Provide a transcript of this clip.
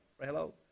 hello